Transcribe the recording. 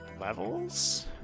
levels